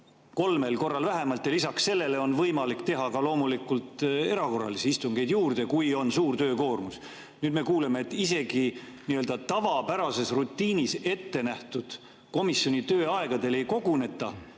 kolmel korral vähemalt ja lisaks sellele on võimalik teha ka loomulikult erakorralisi istungeid juurde, kui on suur töökoormus. Nüüd me kuuleme, et isegi tavapärases rutiinis ette nähtud komisjoni tööaegadel ei koguneta,